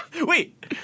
Wait